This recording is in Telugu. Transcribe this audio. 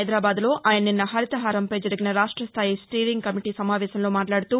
హైదరాబాద్ లో ఆయన నిన్న హరితహారంపై జరిగిన రాష్టస్థాయి స్టీరింగ్ కమిటీ సమావేశంలో మాట్లాదుతూ